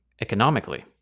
economically